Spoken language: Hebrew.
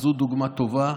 זו דוגמה טובה,